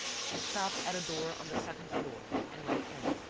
she stopped at a door on the second floor and went in.